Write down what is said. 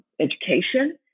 education